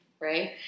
right